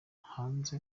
hanze